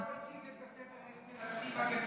למה הוא לא הציג את הספר איך מנצחים מגפה?